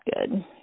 good